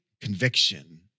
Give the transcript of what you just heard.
conviction